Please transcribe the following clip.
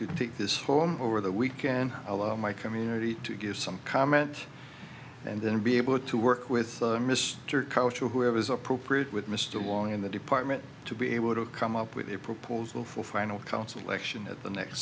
to take this form over the weekend allow my community to give some comment and then be able to work with mr cultural whoever is appropriate with mr wong in the department to be able to come up with a proposal for final council election at the next